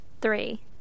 three